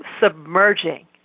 submerging